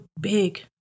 big